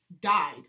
died